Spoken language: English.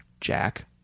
Jack